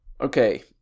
Okay